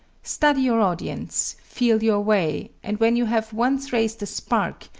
study your audience, feel your way, and when you have once raised a spark,